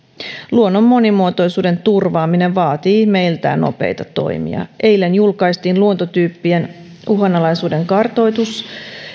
luonnon monimuotoisuuden turvaaminen vaatii meiltä nopeita toimia eilen julkaistiin luontotyyppien uhanalaisuuden kartoitus